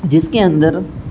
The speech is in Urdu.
جس کے اندر